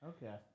Okay